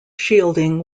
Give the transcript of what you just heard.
shielding